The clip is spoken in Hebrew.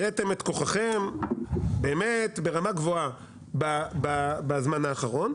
הראיתם את כוחכם באמת ברמה גבוהה בזמן האחרון,